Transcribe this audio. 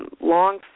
long